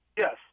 Yes